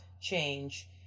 change